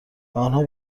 آنها